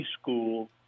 school